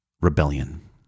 rebellion